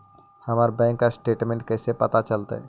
हमर bank statement कैसे पता चलतै?